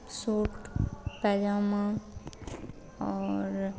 suit पायजामा और